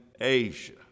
asia